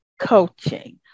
coaching